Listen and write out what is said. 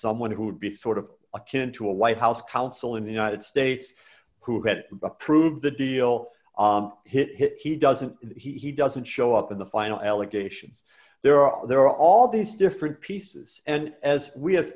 someone who would be sort of akin to a white house counsel in the united states who had approved the deal hit it he doesn't he doesn't show up in the final allegations there are there are all these different pieces and as we